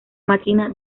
máquina